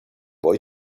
boy